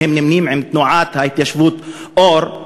שנמנים עם תנועת ההתיישבות "אור",